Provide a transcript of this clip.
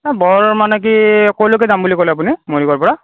মানে কি ক'ৰলৈকে যাম বুলি ক'লে আপুনি মৰিগাঁৱৰ পৰা